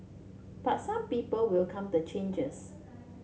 but some people welcome the changes